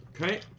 Okay